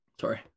Sorry